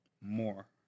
more